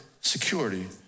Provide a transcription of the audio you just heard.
security